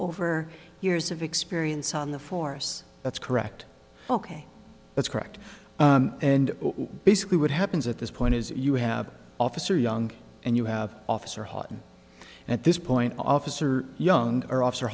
over years of experience on the force that's correct ok that's correct and basically what happens at this point is you have officer young and you have officer haughton at this point officer young or off